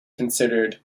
considered